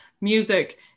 music